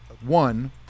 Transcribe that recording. one